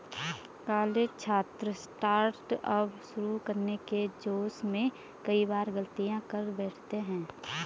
college छात्र startup शुरू करने के जोश में कई बार गलतियां कर बैठते हैं